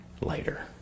later